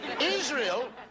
Israel